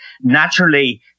Naturally